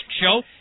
show